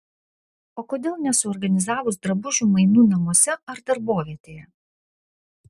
o kodėl nesuorganizavus drabužių mainų namuose ar darbovietėje